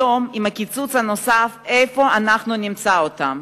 היום, עם הקיצוץ הנוסף, איפה נמצא אותם?